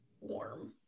warm